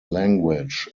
language